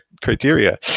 criteria